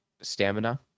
stamina